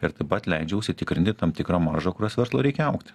ir taip pat leidžia užsitikrinti tam tikrą maržą kurios verslui reikia augt